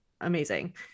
amazing